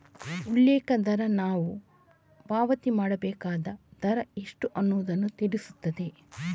ಉಲ್ಲೇಖ ದರ ನಾವು ಪಾವತಿ ಮಾಡ್ಬೇಕಾದ ದರ ಎಷ್ಟು ಅನ್ನುದನ್ನ ತಿಳಿಸ್ತದೆ